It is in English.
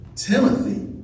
Timothy